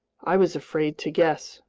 i was afraid to guess.